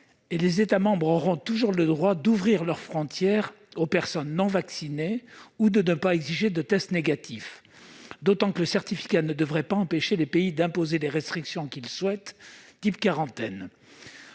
les États membres auront toujours le droit d'ouvrir leurs frontières aux personnes non vaccinées ou de ne pas exiger de test négatif. Le certificat ne devrait pas empêcher les pays d'imposer les restrictions qu'ils souhaitent, en particulier